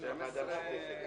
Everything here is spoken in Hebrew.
שאתה אומר.